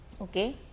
Okay